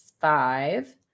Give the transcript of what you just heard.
five